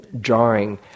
jarring